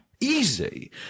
Easy